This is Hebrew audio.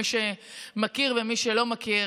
מי שמכיר ומי שלא מכיר.